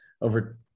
over